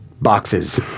Boxes